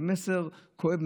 זה מסר כואב,